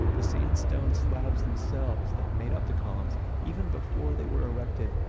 the sandstone slabs themselves that made up the columns, even before they were erected,